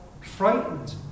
frightened